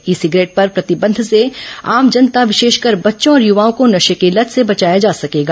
ई cigarette पर प्रतिबंध से आम जनता विशेषकर बच्चों और युवाओं को नशे की लत से बचाया जा सकेगा